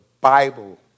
Bible